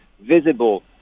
visible